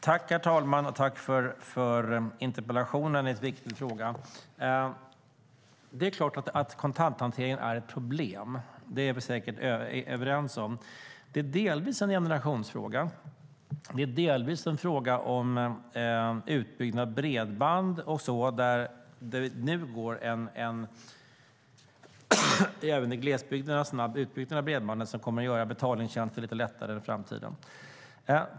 Herr talman! Jag tackar för interpellationen i en viktig fråga. Det är klart att kontanthanteringen är ett problem; det är vi säkert överens om. Det är delvis en generationsfråga, och det är delvis en fråga om utbyggnad av bredband och så. Det sker nu även i glesbygden en snabb utbyggnad av bredband, vilket kommer att göra betaltjänster lite lättare i framtiden.